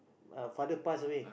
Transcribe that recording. uh father pass away